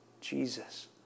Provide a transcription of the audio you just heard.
Jesus